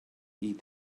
eat